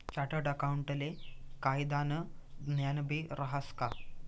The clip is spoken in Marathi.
चार्टर्ड अकाऊंटले कायदानं ज्ञानबी रहास का